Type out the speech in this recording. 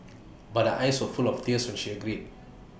but eyes were full of tears when she agreed